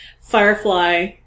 Firefly